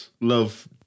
love